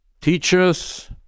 teachers